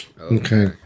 Okay